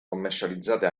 commercializzate